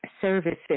services